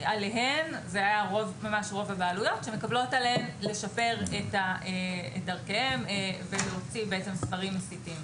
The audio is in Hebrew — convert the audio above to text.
עליהן ממש ברוב הבעלויות לשפר את דרכיהן ולהוציא את הספרים המסיתים.